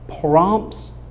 prompts